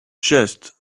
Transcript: just